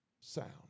sound